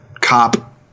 cop